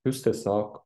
jūs tiesiog